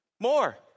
More